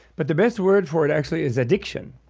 but the best word for it actually is addiction.